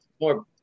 more